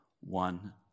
one